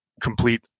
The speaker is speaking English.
complete